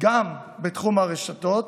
גם בתחום הרשתות